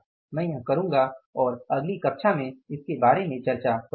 मैं यह करूँगा और अगली कक्षा में चर्चा करूंगा